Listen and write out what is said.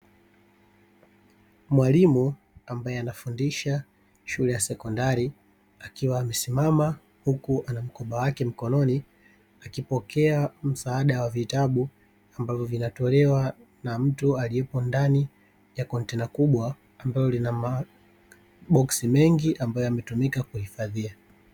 Mwalimu Ambaye anafundisha shule ya sekondari akiwa amesimama huku anamkoba wake mkononi, akipokea msaada wa vitabu ambavyo vinatolewa na mtu aliyepo ndani ya kontena kubwa ambayo lina maboksi mengi ambayo yametumika kuhifadhia.